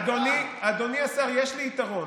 אדוני השר, יש לי יתרון: